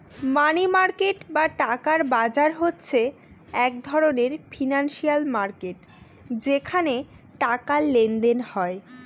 মানি market বা টাকার বাজার হচ্ছে এক ধরনের ফিনান্সিয়াল মার্কেট যেখানে টাকার লেনদেন হয়